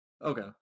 Okay